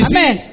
Amen